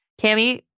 cammy